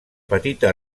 petita